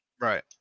Right